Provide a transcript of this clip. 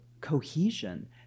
cohesion